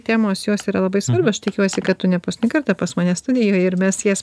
temos jos yra labai svarbios aš tikiuosi kad tu ne paskutinį kartą pas mane studijoje ir mes jas